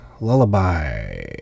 Lullaby